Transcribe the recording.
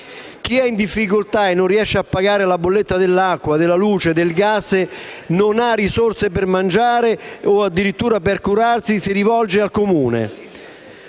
Chi è in difficoltà, e non riesce a pagare la bolletta dell'acqua, della luce e del gas e non ha risorse per mangiare o addirittura per curarsi, si rivolge al Comune.